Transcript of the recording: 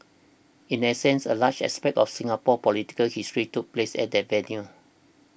in essence a large aspect of Singapore's political history took place at that venue